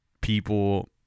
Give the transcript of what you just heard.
people